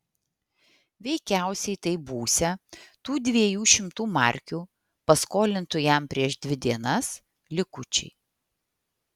veikiausiai tai būsią tų dviejų šimtų markių paskolintų jam prieš dvi dienas likučiai